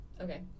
Okay